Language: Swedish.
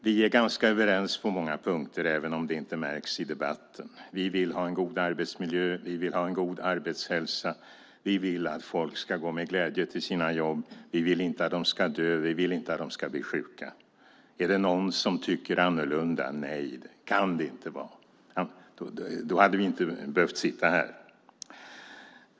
Herr talman! Vi är ganska överens på många punkter, även om det inte märks i debatten. Vi vill ha en god arbetsmiljö. Vi vill ha en god arbetshälsa. Vi vill att folk ska gå med glädje till sina jobb. Vi vill inte att de ska dö. Vi vill inte att de ska bli sjuka. Är det någon som tycker annorlunda? Nej, det kan det inte vara. Då hade vi inte behövt sitta här.